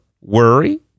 worry